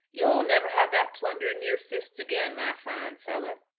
you'll never have that plunder in your fists again, my fine fellow.